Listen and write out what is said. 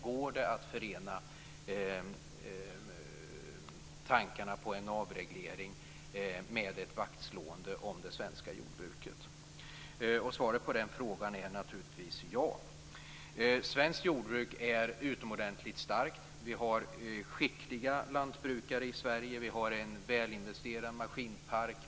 Går det att förena tankarna på en avreglering med ett vaktslående om det svenska jordbruket? Svaret på den frågan är naturligtvis ja. Svenskt jordbruk är utomordentligt starkt. Vi har skickliga lantbrukare i Sverige. Vi har en välinvesterad maskinpark.